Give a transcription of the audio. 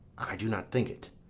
i do not think't.